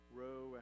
row